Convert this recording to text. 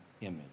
image